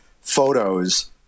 photos